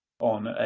On